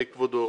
כבודו,